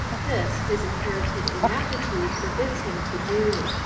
this his inherited inaptitude for bids him to do.